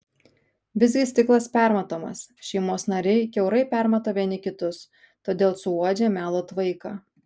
visgi stiklas permatomas šeimos nariai kiaurai permato vieni kitus todėl suuodžia melo tvaiką